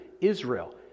Israel